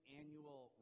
annual